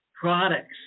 products